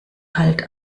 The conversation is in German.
halt